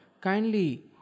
kindly